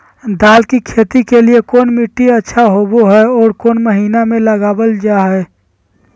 दाल की खेती के लिए कौन मिट्टी अच्छा होबो हाय और कौन महीना में लगाबल जा हाय?